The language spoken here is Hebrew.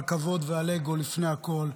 על כבוד ועל אגו לפני הכול.